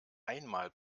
einmal